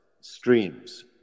streams